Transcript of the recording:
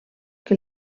que